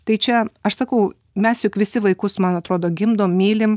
tai čia aš sakau mes juk visi vaikus man atrodo gimdom mylim